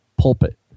pulpit